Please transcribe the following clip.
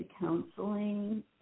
counseling